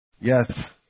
yes